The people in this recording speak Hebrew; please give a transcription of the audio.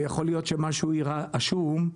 השום,